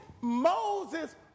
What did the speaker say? Moses